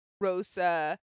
Rosa